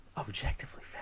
Objectively